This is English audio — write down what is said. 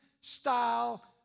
style